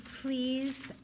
please